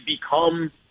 become